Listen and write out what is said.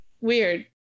weird